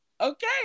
Okay